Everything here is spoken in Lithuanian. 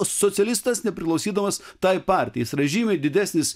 socialistas nepriklausydamas tai partijai yra žymiai didesnis